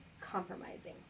compromising